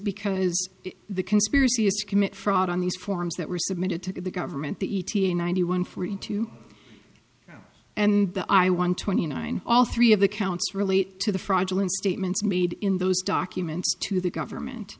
because the conspiracy is commit fraud on these forms that were submitted to the government the e t a ninety one forty two and the i want twenty nine all three of the counts relate to the fraudulent statements made in those documents to the government